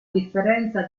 differenza